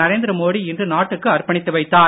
நரேந்திர மோடி இன்று நாட்டுக்கு அர்ப்பணித்து வைத்தார்